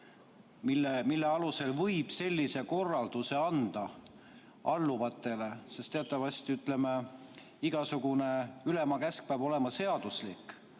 mille alusel võib sellise korralduse alluvatele anda. Teatavasti, ütleme, igasugune ülema käsk peab olema seaduslik.